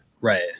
Right